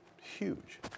huge